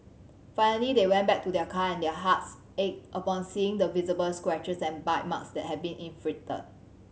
finally they went back to their car and their hearts ached upon seeing the visible scratches and bite marks that had been inflicted